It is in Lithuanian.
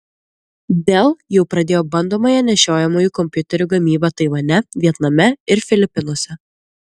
dell jau pradėjo bandomąją nešiojamųjų kompiuterių gamybą taivane vietname ir filipinuose